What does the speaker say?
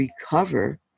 recover